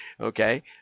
Okay